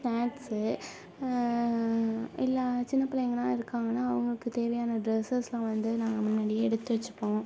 snacks இல்லை சின்ன பிள்ளைங்களாம் இருக்காங்கனா அவங்களுக்கு தேவையான டிரெஸ்சஸ்லாம் வந்து நாங்கள் முன்னடியே எடுத்து வச்சுப்போம்